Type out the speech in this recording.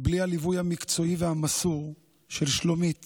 בלי הליווי המקצועי והמסור של שלומית